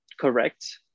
correct